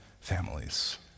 families